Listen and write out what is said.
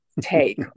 take